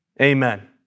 Amen